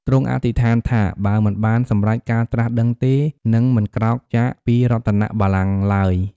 ទ្រង់អធិដ្ឋានថា បើមិនបានសម្រេចការត្រាស់ដឹងទេ នឹងមិនក្រោកចាកពីរតនបល្ល័ង្គឡើយ។